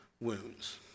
wounds